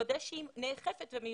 לוודא שהיא נאכפת ומיושמת.